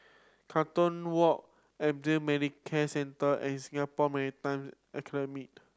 Carlton Walk Medicare Centre and Singapore Maritime